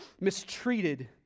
mistreated